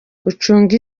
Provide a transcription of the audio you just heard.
ucunge